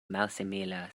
malsimila